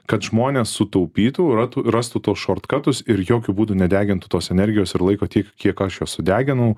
kad žmonės sutaupytų ratu rastų tuos šortkatus ir jokiu būdu nedegintų tos energijos ir laiko tiek kiek aš jos sudeginau